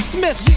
Smith